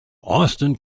austin